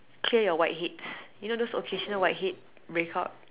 clear your whiteheads you know those occasional white heads break out